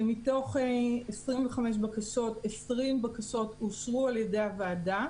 מתוך 25 בקשות, 20 בקשות אושרו על ידי הוועדה,